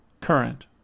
current